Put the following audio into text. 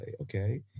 okay